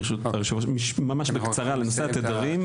ממש בקצרה על התדרים,